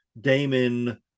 Damon